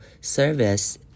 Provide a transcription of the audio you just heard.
service